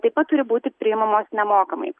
tai pat turi būti priimamos nemokamai